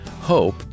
Hope